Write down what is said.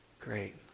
Great